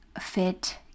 fit